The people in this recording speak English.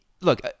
look